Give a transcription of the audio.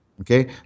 Okay